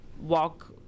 walk